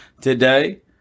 Today